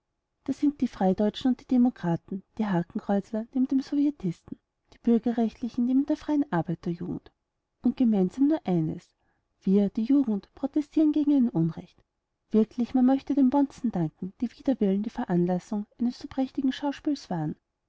da sind die freideutschen und die demokraten die hakenkreuzler neben den sowjetisten die bürgerlichen neben der freien arbeiterjugend und gemeinsam nur eines wir die jugend protestieren gegen ein unrecht wirklich man möchte den bonzen danken die wider willen die veranlassung eines so prächtigen schauspieles waren